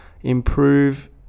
improve